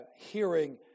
hearing